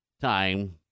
time